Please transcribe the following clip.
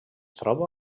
troba